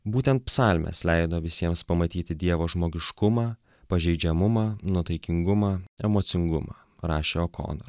būtent psalmės leido visiems pamatyti dievo žmogiškumą pažeidžiamumą nuotaikingumą emocingumą rašė okonor